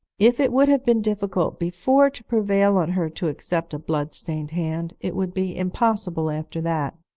if it would have been difficult before to prevail on her to accept a bloodstained hand, it would be impossible after that.